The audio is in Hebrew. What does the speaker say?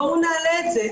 בואו נעלה את זה,